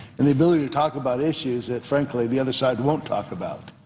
and the ability to talk about issues that, frankly, the other side won't talk about.